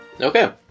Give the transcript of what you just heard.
Okay